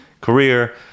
career